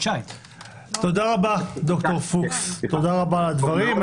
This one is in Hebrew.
תודה רבה על הדברים.